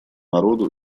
народу